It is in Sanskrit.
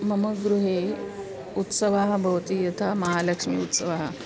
मम गृहे उत्सवः भवति यथा महालक्ष्मीः उत्सवः